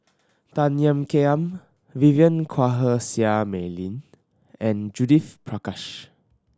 Tan Ean Kiam Vivien Quahe Seah Mei Lin and Judith Prakash